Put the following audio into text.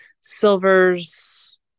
silvers